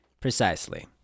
Precisely